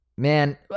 Man